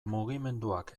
mugimenduak